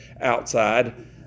outside